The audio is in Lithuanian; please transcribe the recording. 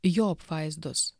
jo apvaizdos